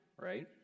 right